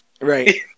Right